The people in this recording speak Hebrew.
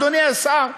אדוני השר,